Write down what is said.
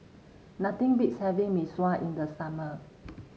nothing beats having Mee Sua in the summer